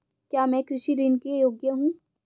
क्या मैं कृषि ऋण के योग्य हूँ?